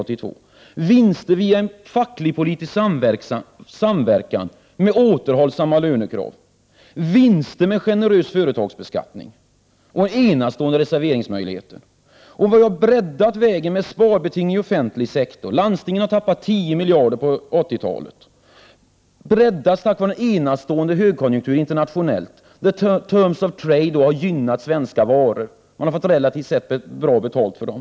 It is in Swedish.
Man har fått vinster via en facklig politisk samverkan med återhållsamma lönekrav. Det har lett till vinster med en generös företagsbeskattning och enastående reserveringsmöjligheter. Vi har breddat vägen med sparbeting i den offentliga sektorn. Landstingen har tappat 10 miljarder på 1980-talet. Vägen har också breddats tack vare en enastående internationell högkonjunktur. ”Terms of trade” har gynnat svenska varor. Man har relativt sett fått bra betalt för dem.